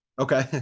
Okay